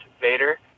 Vader